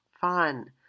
fun